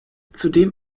zudem